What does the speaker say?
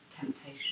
temptation